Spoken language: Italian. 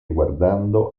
guardando